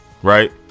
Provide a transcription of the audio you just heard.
right